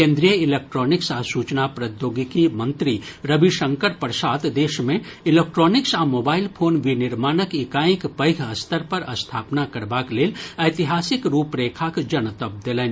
केन्द्रीय इलेक्ट्रॉनिक्स आ सूचना प्रौद्योगिकी मंत्री रविशंकर प्रसाद देश मे इलेक्ट्रॉनिक्स आ मोबाइल फोन विनिर्माण इकाईक पैघ स्तर पर स्थापना करबाक लेल ऐतिहासिक रूपरेखाक जनतब देलनि